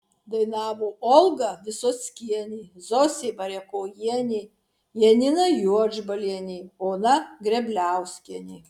dainavo olga visockienė zosė variakojienė janina juodžbalienė ona grebliauskienė